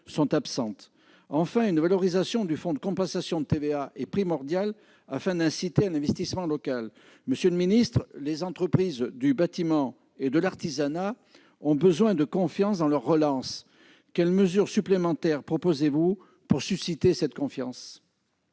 Enfin, une valorisation du Fonds de compensation pour la TVA (FCTVA) est primordiale, afin d'inciter à l'investissement local. Monsieur le ministre, les entreprises du bâtiment et de l'artisanat ont besoin de confiance dans leur relance. Quelles mesures supplémentaires proposez-vous pour susciter cette confiance ?